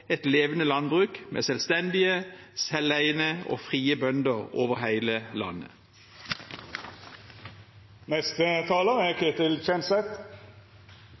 et levende landbruk med selvstendige, selveiende og frie bønder over hele